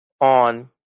on